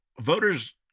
voters